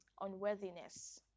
unworthiness